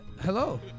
Hello